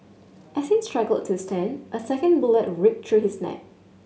as he struggled to stand a second bullet ripped through his neck